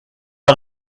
pas